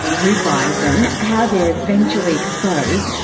who buys them, how they're eventually exposed.